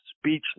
speechless